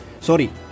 sorry